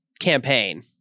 campaign